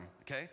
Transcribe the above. okay